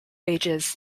ages